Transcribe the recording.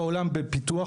בפיתוח,